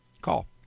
call